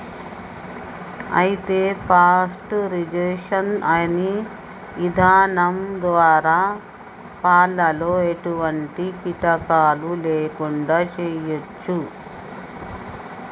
అయితే పాస్టరైజేషన్ అనే ఇధానం ద్వారా పాలలో ఎటువంటి కీటకాలు లేకుండా చేయచ్చు